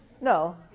No